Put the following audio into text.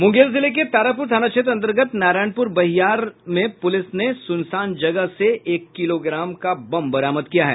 मुंगेर जिले के तारापुर थाना क्षेत्र अन्तर्गत नारायणपुर बहियार में पुलिस ने सुनसान जगह से एक किलोग्राम का बम बरामद किया है